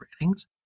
ratings